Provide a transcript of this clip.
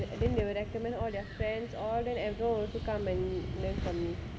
then they will recommend all their friends all of them at home also come and learn from you